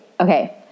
okay